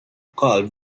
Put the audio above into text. call